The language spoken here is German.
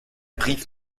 brief